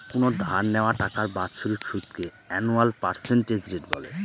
কোনো ধার নেওয়া টাকার বাৎসরিক সুদকে আনুয়াল পার্সেন্টেজ রেট বলে